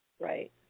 right